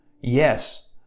Yes